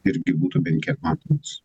irgi būtų bent kiek matomas